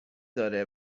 داره